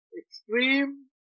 Extreme